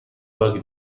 bug